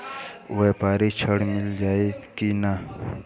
व्यापारी ऋण मिल जाई कि ना?